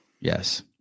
Yes